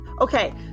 okay